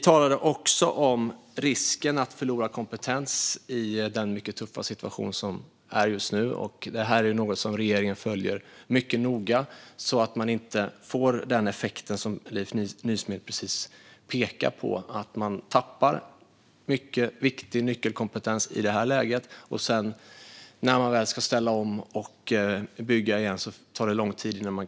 Vad gäller risken att förlora kompetens i den här tuffa situationen följer regeringen detta noga så att det inte blir den effekt Leif Nysmed pekar på: att man tappar viktig nyckelkompetens som gör att det tar lång tid att komma igång igen.